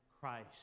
Christ